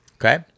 Okay